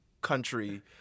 country